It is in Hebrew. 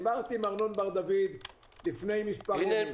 דיברתי עם ארנון בר-דוד לפני מספר ימים.